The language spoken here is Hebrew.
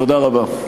תודה רבה.